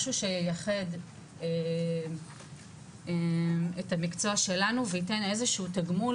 משהו שייחד את המקצוע שלנו וייתן איזשהו תגמול